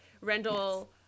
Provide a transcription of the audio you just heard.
Rendell